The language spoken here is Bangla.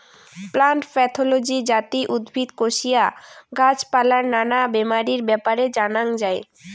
প্লান্ট প্যাথলজি যাতি উদ্ভিদ, কোশিয়া, গাছ পালার নানা বেমারির ব্যাপারে জানাঙ যাই